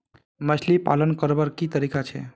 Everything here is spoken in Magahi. मछली पालन करवार की तरीका छे?